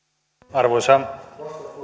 arvoisa edustaja